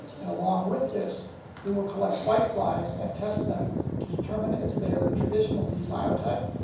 and along with this we will collect whiteflies and test them to determine if they are the traditional b biotype,